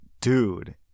Dude